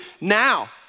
now